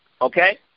okay